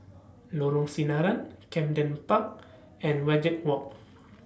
Lorong Sinaran Camden Park and Wajek Walk